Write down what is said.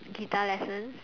guitar lessons